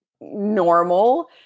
normal